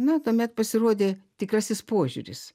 na tuomet pasirodė tikrasis požiūris